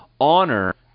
honor